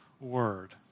Word